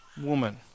woman